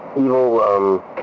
evil